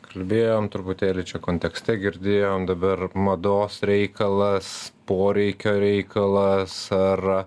kalbėjom truputėlį čia kontekste girdėjom dabar mados reikalas poreikio reikalas ar